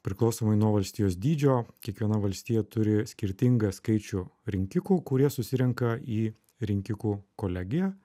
priklausomai nuo valstijos dydžio kiekviena valstija turi skirtingą skaičių rinkikų kurie susirenka į rinkikų kolegiją